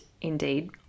indeed